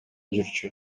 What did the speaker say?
жүрчү